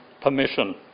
permission